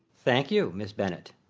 thank you, miss bennet!